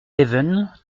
even